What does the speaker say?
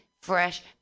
fresh